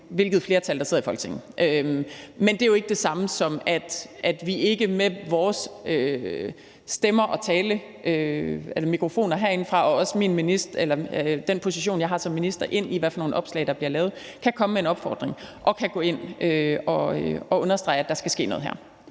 hvilket flertal der sidder i Folketinget. Men det er jo ikke det samme, som at vi ikke med vores stemmer og tale i mikrofoner herindefra og jeg som minister med den position, jeg har som minister til at gå ind i, hvad for nogle opslag der bliver lavet, kan komme med en opfordring og kan gå ind og understrege, at der skal ske noget her.